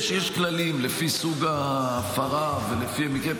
יש כללים, לפי סוג ההפרה ולפי המקרה.